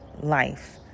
life